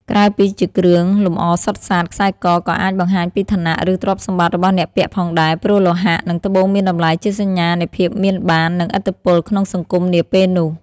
ក្រៅពីជាគ្រឿងលម្អសុទ្ធសាធ ខ្សែ ក ក៏អាចបង្ហាញពីឋានៈ ឬទ្រព្យសម្បត្តិ របស់អ្នកពាក់ផងដែរ ព្រោះលោហៈ និងត្បូងមានតម្លៃជាសញ្ញានៃភាពមានបាន និងឥទ្ធិពលក្នុងសង្គមនាពេលនោះ។